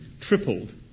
tripled